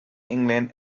england